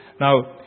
Now